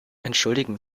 entschuldigen